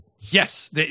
Yes